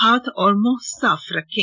हाथ और मुंह साफ रखें